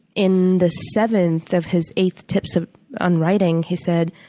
in the seventh of his eighth tips um on writing, he said,